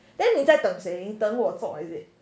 then 你在等谁等我做 is it